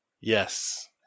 Yes